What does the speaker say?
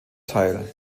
teil